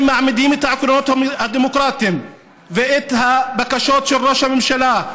אם מעמידים את העקרונות הדמוקרטיים ואת הבקשות של ראש הממשלה,